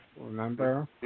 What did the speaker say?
Remember